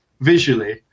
visually